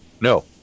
No